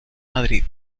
madrid